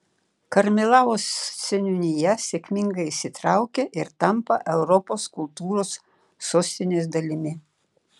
karmėlavos seniūnija sėkmingai įsitraukia ir tampa europos kultūros sostinės dalimi